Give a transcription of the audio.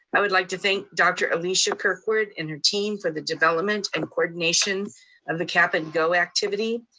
i would like to thank dr. alisia kirkwood and her team for the development and coordination of the cap and go activity,